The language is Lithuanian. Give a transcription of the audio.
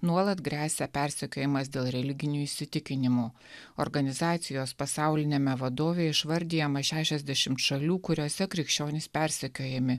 nuolat gresia persekiojimas dėl religinių įsitikinimų organizacijos pasauliniame vadove išvardijama šešiasdešimt šalių kuriose krikščionys persekiojami